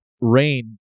rain